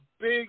big